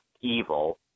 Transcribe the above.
evil